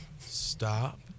Stop